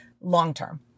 long-term